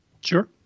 Sure